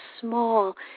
small